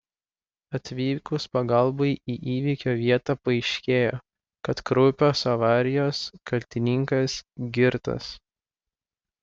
atvykus pagalbai į įvykio vietą paaiškėjo kad kraupios avarijos kaltininkas girtas